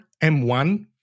M1